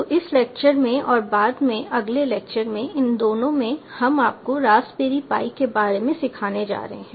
तो इस लेक्चर में और बाद में अगले लेक्चर में इन दोनों में हम आपको रास्पबेरी पाई के बारे में सिखाने जा रहे हैं